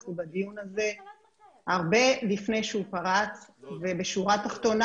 אנחנו בדיון הזה הרבה לפני שהוא פרץ ובשורה התחתונה